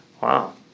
wow